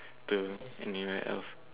to anywhere else